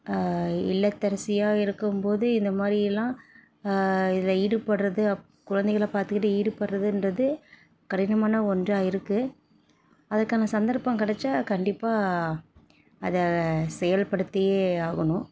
இல்லத்தரசியாக இருக்கும்போது இந்த மாதிரியெல்லாம் இதில் ஈடுபடுறது குழந்தைகளை பார்த்துக்கிட்டு ஈடுபடுறதுன்றது கடினமான ஒன்றாக இருக்குது அதுக்கான சந்தர்ப்பம் கிடைச்சா கண்டிப்பாக அதை செயல்படுத்தியே ஆகணும்